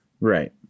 Right